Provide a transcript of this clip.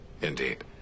Indeed